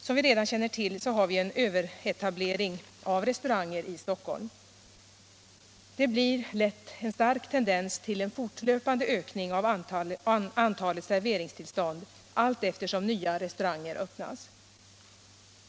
Som vi redan känner till har vi en överetablering av restauranger i Stockholm. Det blir lätt en stark tendens till en fortlöpande ökning av antalet serveringstillstånd allteftersom nya restauranger öppnas.